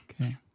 Okay